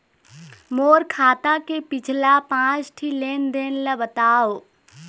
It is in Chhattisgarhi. मोर खाता के पिछला पांच ठी लेन देन ला बताव?